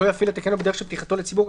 לא יפעיל את הקניון בדרך של פתיחתו לציבור,